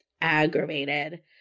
aggravated